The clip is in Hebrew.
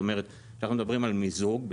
כשאנחנו מדברים על מיזוג,